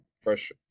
fresh